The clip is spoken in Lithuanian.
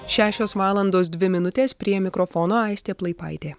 šešios valandos dvi minutės prie mikrofono aistė plaipaitė